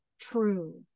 true